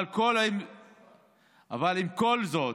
אבל עם כל זאת,